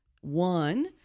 One